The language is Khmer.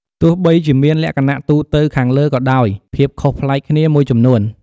ទោះបីជាមានលក្ខណៈទូទៅខាងលើក៏ដោយ ភាពខុសប្លែកគ្នាមួយចំនួន។